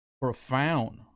profound